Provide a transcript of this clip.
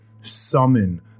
summon